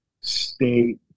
state